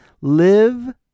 live